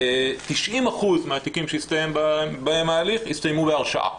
90% מהתיקים שהסתיים בהם ההליך הסתיימו בהרשעה.